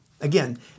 Again